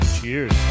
Cheers